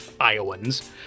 Iowans